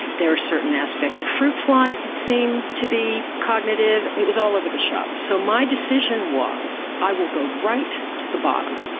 there are certain aspects of fruit flies that seem to be cognitive it was all over the shop. so my decision was i will go right to the bottom,